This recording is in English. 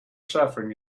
suffering